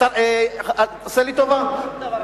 תעשה לי טובה,